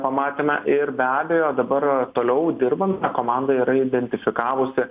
pamatėme ir be abejo dabar toliau dirbam komanda yra identifikavusi